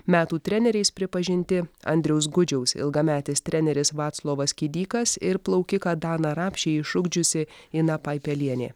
metų treneriais pripažinti andriaus gudžiaus ilgametis treneris vaclovas kidykas ir plaukiką daną rapšį išugdžiusi ina paipelienė